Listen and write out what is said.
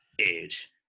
Edge